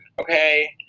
okay